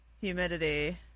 humidity